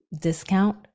discount